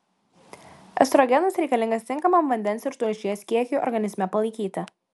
estrogenas reikalingas tinkamam vandens ir tulžies kiekiui organizme palaikyti